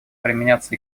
применяться